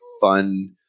fun